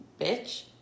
bitch